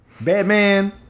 Batman